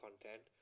content